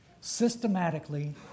systematically